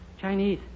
Chinese